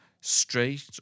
straight